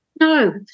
No